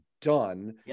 done